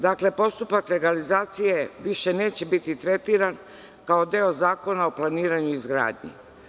Dakle, postupak legalizacije više neće biti tretiran kao deo Zakona o planiranju i izgradnji.